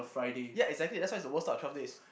ya exactly that is why the worse out of twelve days